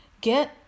get